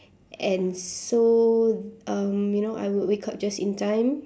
and so you know um I would wake up just in time